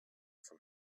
from